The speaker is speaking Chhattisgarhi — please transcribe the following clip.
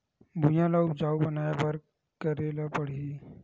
भुइयां ल उपजाऊ बनाये का करे ल पड़ही?